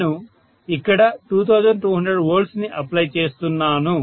నేను ఇక్కడ 2200 V ని అప్లై చేస్తున్నాను